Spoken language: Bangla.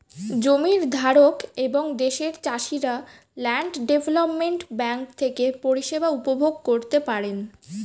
জমির ধারক এবং দেশের চাষিরা ল্যান্ড ডেভেলপমেন্ট ব্যাঙ্ক থেকে পরিষেবা উপভোগ করতে পারেন